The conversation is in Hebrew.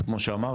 אז כמו שאמרתי,